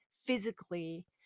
physically